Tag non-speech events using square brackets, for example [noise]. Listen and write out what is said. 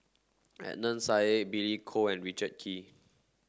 Adnan [unintelligible] Billy Koh and Richard Kee